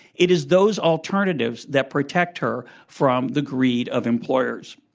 it is those alternatives that protect her from the greed of employers.